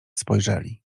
spojrzeli